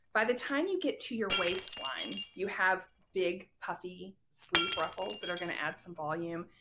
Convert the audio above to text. by the time you get to your waistline, you have big puffy sleeve ruffles that are going to add some volume.